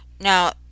Now